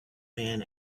man